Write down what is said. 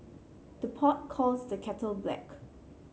the pot calls the kettle black